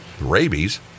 Rabies